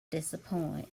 disappoint